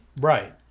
Right